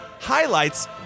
highlights